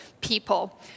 people